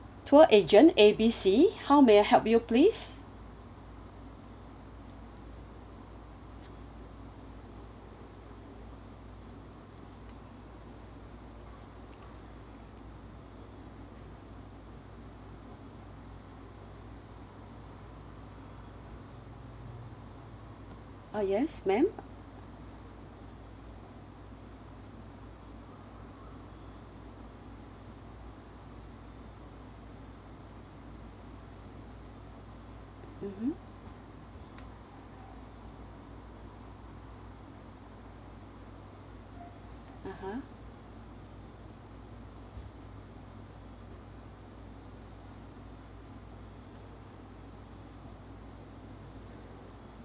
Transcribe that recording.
tour agent A B C how may I help you please uh yes ma'am mmhmm (uh huh)